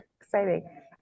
exciting